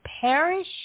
perish